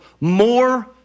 more